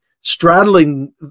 straddling